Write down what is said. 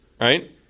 right